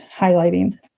highlighting